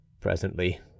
Presently